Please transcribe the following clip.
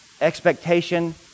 expectation